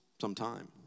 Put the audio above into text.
sometime